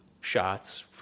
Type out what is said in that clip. shots